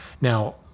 Now